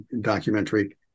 documentary